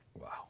Wow